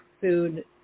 food